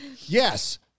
Yes